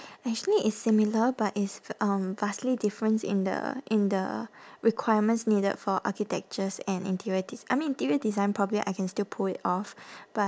actually it's similar but it's um vastly difference in the in the requirements needed for architectures and interior des~ I mean interior design probably I can still pull it off but